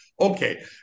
Okay